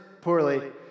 poorly